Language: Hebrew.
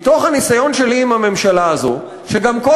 מתוך הניסיון שלי עם הממשלה הזאת,